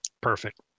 Perfect